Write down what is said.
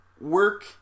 work